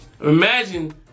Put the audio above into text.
imagine